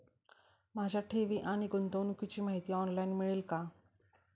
माझ्या ठेवी आणि गुंतवणुकीची माहिती ऑनलाइन मिळेल का?